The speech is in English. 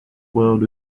world